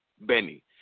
Benny